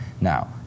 Now